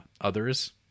others